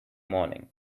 morning